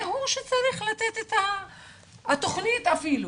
זה הוא שצריך לתת את התוכנית אפילו